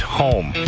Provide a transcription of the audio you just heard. home